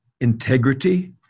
integrity